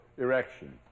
erection